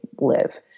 live